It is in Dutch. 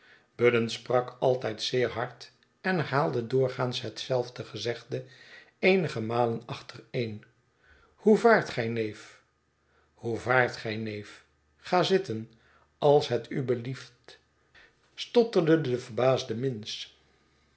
budden sprak altijd zeer hard en herhaalde doorgaans hetzelfde gezegde eenige malen achtereen u hoe vaart gij neef hoe vaart gij neef ga zitten als het u belieft stotterde de verbaasde minns